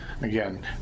again